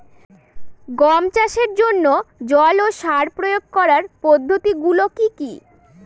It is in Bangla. গম চাষের জন্যে জল ও সার প্রয়োগ করার পদ্ধতি গুলো কি কী?